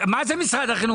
מה זה משרד החינוך?